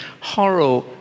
Horror